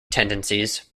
tendencies